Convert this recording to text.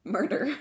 Murder